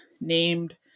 named